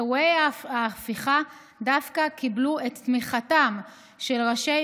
אירועי ההפיכה דווקא קיבלו את תמיכתם של ראשי